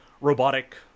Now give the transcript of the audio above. robotic